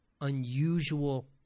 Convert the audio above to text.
unusual